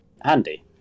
handy